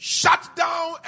shutdown